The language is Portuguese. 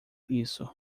isso